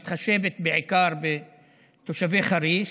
מתחשבת בעיקר בתושבי חריש,